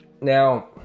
Now